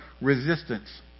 resistance